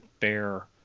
fair